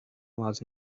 was